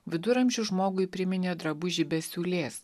viduramžių žmogui priminė drabužį be siūlės